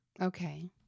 okay